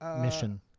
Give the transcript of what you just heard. mission